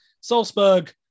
Salzburg